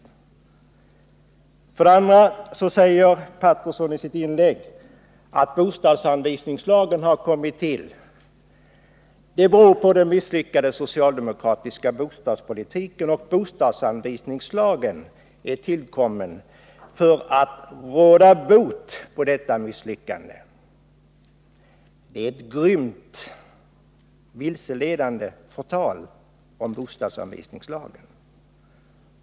Vidare säger herr Paterson i sitt inlägg att bostadsanvisningslagen har kommit till på grund av den misslyckade socialdemokratiska bostadspolitiken och att bostadsanvisningslagen är tillkommen för att råda bot på detta misslyckande. Det är ett grymt vilseledande förtal av bostadsanvisningslagen.